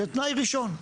תנאי ראשון.